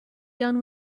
done